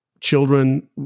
children